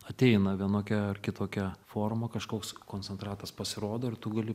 ateina vienokia ar kitokia forma kažkoks koncentratas pasirodo ir tu gali